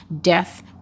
death